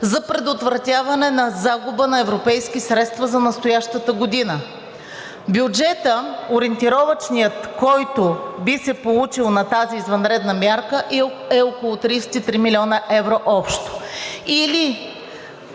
за предотвратяване на загуба на европейски средства за настоящата година. Бюджетът, ориентировъчният, който би се получил на тази извънредна мярка, е около 33 млн. евро общо.